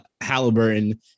Halliburton